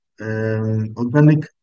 organic